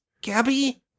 Gabby